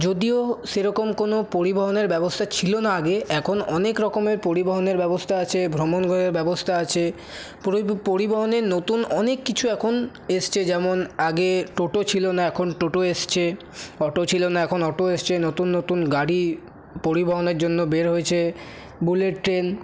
যদিও সেরকম কোনো পরিবহনের ব্যবস্থা ছিলো না আগে এখন অনেক রকমের পরিবহনের ব্যবস্থা আছে ভ্রমণ করার ব্যবস্থা আছে পরিবহনের নতুন অনেক কিছু এখন এসছে যেমন আগে টোটো ছিলো না এখন টোটো এসছে অটো ছিলো না এখন অটো এসছে নতুন নতুন গাড়ি পরিবহনের জন্য বের হয়েছে বুলেট ট্রেন